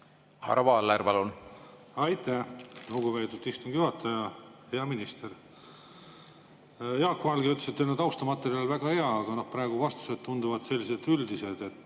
Aitäh, lugupeetud istungi juhataja! Hea minister! Jaak Valge ütles, et teil on taustamaterjal väga hea, aga praegu vastused tunduvad sellised üldised,